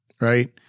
right